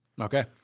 Okay